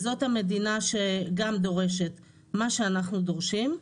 אז זאת המדינה שגם דורשת את מה שאנחנו דורשים.